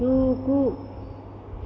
దూకు